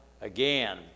again